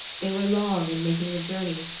they were long in making the journey,